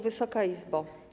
Wysoka Izbo!